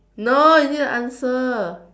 no you need to answer